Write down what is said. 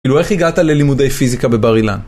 כאילו, איך הגעת ללימודי פיזיקה בבר אילן?